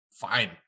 fine